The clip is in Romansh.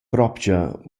propcha